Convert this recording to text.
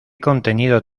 contenido